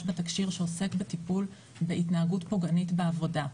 בתקשי"ר שעוסק בטיפול ובהתנהגות פוגענית בעבודה.